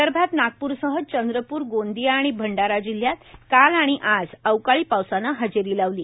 विदर्भात नागप्रसह चंद्रप्र गोंदिया आणि भंडारा जिल्ह्यात काल आणि आज अवकाळी पावसानं हजेरी लावली